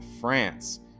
France